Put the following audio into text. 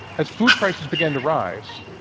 as food prices began to rise,